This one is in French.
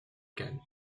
cannes